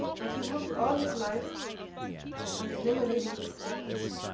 but he worked all his life on eliminating weapons